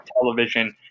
television